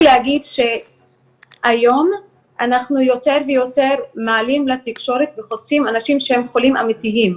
להגיד שהיום אנחנו יותר ויותר מעלים לתקשורת אנשים שהם חולים אמיתיים.